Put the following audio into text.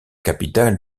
capitale